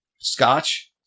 scotch